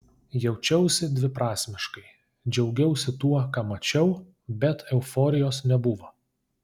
jaučiausi dviprasmiškai džiaugiausi tuo ką mačiau bet euforijos nebuvo